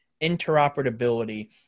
interoperability